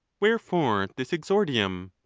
wherefore this exordium?